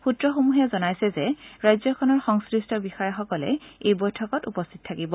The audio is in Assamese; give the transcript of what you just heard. সূত্ৰসমূহে জনাইছে যে ৰাজ্যখনৰ সংশ্লিষ্ট বিষয়াসকলে এই বৈঠকত উপস্থিত থাকিব